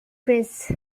press